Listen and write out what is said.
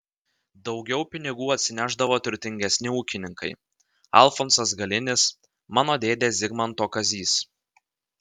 daugiau pinigų atsinešdavo turtingesni ūkininkai alfonsas galinis mano dėdė zigmanto kazys